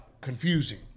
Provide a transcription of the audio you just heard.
confusing